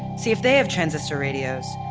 see if they have transistor radios.